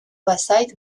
bazait